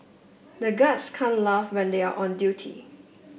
the guards can't laugh when they are on duty